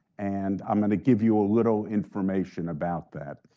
and i'm going to give you a little information about that.